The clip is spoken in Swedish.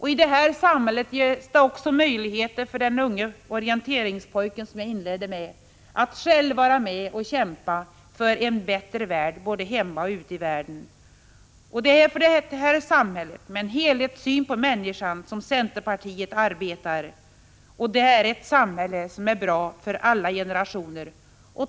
I detta samhälle ges det också möjligheter för den unge orienteringspojke som jag nämnde i inledningen av mitt anförande att själv vara med och kämpa för en bättre värld både här hemma och utanför vårt land. Det är för detta samhälle med en helhetssyn på människan som centerpartiet arbetar. Det är ett samhälle som är bra för alla generationer.